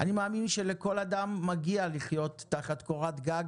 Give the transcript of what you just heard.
אני מאמין שלכל אדם מגיע לחיות תחת קורת גג